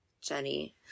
Jenny